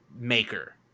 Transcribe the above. maker